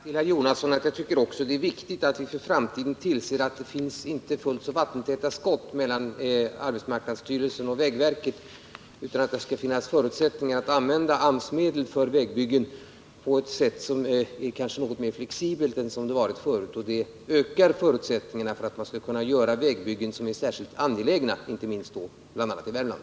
Herr talman! Jag vill säga till herr Jonasson att också jag tycker att det är viktigt att vi för framtiden tillser att det inte är helt vattentäta skott mellan arbetsmarknadsstyrelsen och vägverket, utan att det skall finnas möjligheter att använda AMS-medel för vägbyggnad på ett kanske mer flexibelt sätt än tidigare. Det ökar möjligheterna att genomföra vägbyggnader som är särskilt angelägna, bl.a. och inte minst i Värmland.